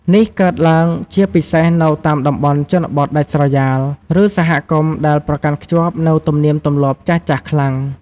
នេះកើតឡើងជាពិសេសនៅតាមតំបន់ជនបទដាច់ស្រយាល ឬសហគមន៍ដែលប្រកាន់ខ្ជាប់នូវទំនៀមទម្លាប់ចាស់ៗខ្លាំង។